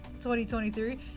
2023